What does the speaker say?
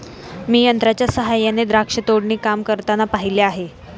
मी यंत्रांच्या सहाय्याने द्राक्ष तोडणी काम करताना पाहिले आहे